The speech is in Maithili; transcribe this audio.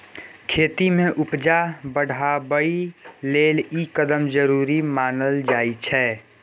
खेती में उपजा बढ़ाबइ लेल ई कदम जरूरी मानल जाइ छै